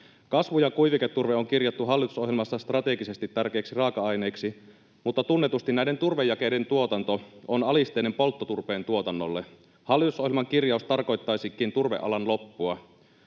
Kasvu- ja kuiviketurve on kirjattu hallitusohjelmassa strategisesti tärkeiksi raaka-aineiksi, mutta tunnetusti näiden turvejakeiden tuotanto on alisteinen polttoturpeen tuotannolle. Hallitusohjelman kirjaus tarkoittaisikin turvealan loppua.